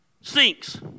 sinks